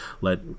let